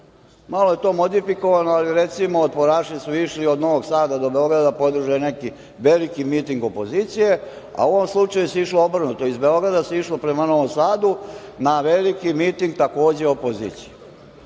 Malo je to modifikovano, ali recimo, otporaši su išli od Novog Sada do Beograda da podrže neki veliki miting opozicije, a u ovom slučaju se išlo obrnuto, iz Beograda se išlo prema Novom Sadu na veliki miting takođe opozicije.